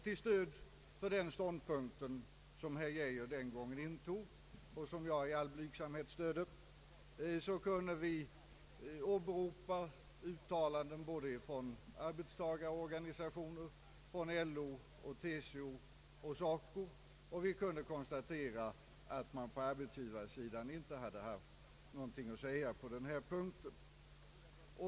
Till stöd för den ståndpunkt som herr Geijer den gången intog — och som jag i all blygsamhet stödde — kunde vi åberopa uttalanden från arbetstagarorganisationer, LO, TCO och SACO, och dessutom konstatera att man på arbetsgivarsidan inte haft någonting att säga på denna punkt.